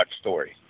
story